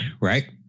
Right